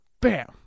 bam